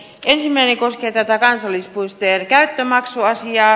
ensimmäinen koskee tätä kansallispuistojen käyttömaksuasiaa